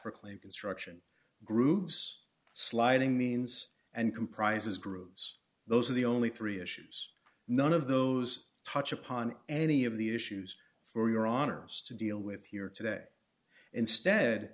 a claim construction grooves sliding means and comprises grooves those are the only three issues none of those touch upon any of the issues for your honour's to deal with here today instead